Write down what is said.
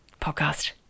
podcast